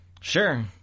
sure